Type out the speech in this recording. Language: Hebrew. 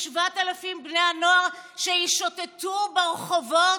ב-7,000 בני הנוער שישוטטו ברחובות?